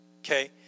okay